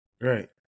Right